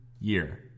year